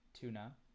tuna